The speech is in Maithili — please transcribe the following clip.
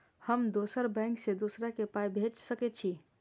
हम दोसर बैंक से दोसरा के पाय भेज सके छी?